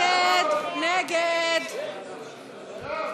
סעיף תקציבי 47,